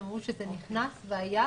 הם אומרים שזה נכנס והיה.